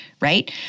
right